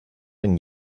and